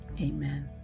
amen